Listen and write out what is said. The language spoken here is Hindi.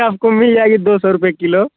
आपको मिल जायेगी दो सौ रुपये किलो